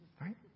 Right